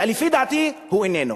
שלפי דעתי הוא איננו.